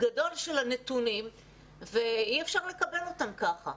גדול של הנתונים ואי אפשר לקבל אותם ככה.